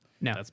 no